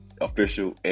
official